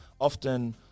often